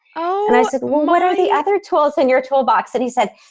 um and i said, what are the other tools in your tool box? and he said,